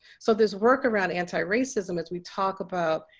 so there's work around antiracism as we talk about,